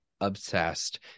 obsessed